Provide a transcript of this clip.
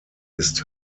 ist